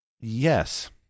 Yes